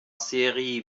seri